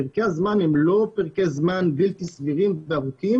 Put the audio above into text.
פרקי הזמן הם לא פרקי זמן בלתי סבירים וארוכים.